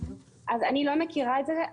אני לא מכירה את זה,